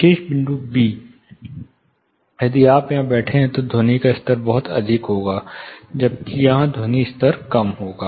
विशेष बिंदु B यदि आप यहाँ बैठे हैं तो ध्वनि स्तर बहुत अधिक होगा जबकि यहाँ ध्वनि स्तर कम होगा